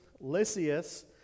Lysias